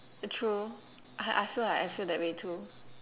true I I feel like I feel that way too